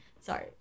Sorry